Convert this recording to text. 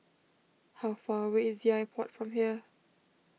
how far away is the iPod from here